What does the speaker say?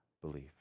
belief